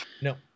no